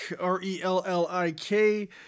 R-E-L-L-I-K